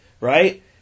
right